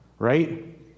Right